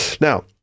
Now